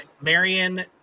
Marion